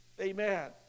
Amen